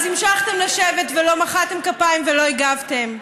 אז המשכתם לשבת ולא מחאתם כפיים ולא הגבתם.